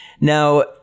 Now